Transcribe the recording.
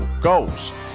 goals